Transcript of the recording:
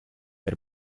per